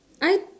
I